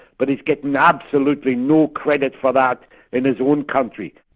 but he's getting absolutely no credit for that in his own country.